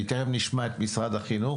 כי דרך נשמע את משרד החינוך,